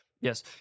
yes